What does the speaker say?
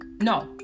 no